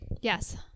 yes